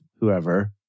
whoever